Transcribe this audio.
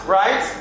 right